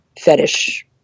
fetish